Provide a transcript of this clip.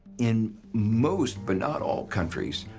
in most but not all countries,